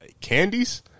Candies